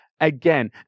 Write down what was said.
again